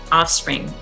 offspring